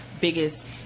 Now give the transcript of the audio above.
biggest